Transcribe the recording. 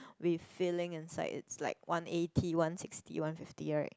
with filling inside is like one eighty one sixty one fifty right